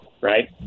right